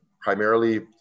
primarily